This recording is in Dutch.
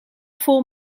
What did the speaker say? vol